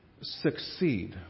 succeed